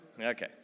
Okay